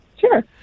Sure